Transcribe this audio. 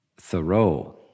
Thoreau